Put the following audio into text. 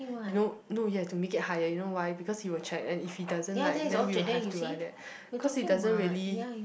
you know no you have to make it higher you know why because he will check and if he doesn't like then we will have to like that because it doesn't really